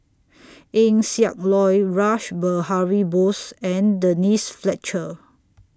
Eng Siak Loy Rash Behari Bose and Denise Fletcher